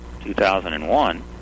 2001